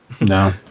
no